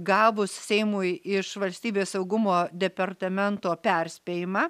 gavus seimui iš valstybės saugumo departamento perspėjimą